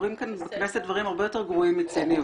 קורים כאן בכנסת דברים הרבה יותר גרועים מציניות,